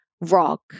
rock